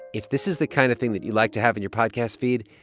if this is the kind of thing that you'd like to have in your podcast feed,